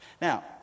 Now